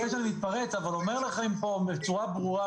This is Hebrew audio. אבל אני אומר לכם פה בצורה ברורה,